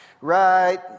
right